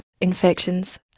infections